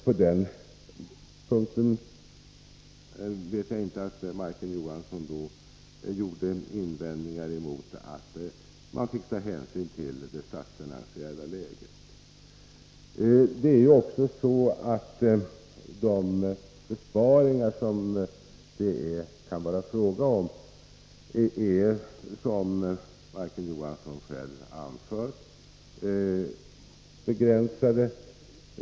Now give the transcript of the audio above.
På den punkten vet jag inte att Majken Johansson hade några invändningar mot att man fick ta hänsyn till det statsfinansiella läget. De besparingar som det kan vara fråga om är, som Majken Johansson själv sade, begränsade.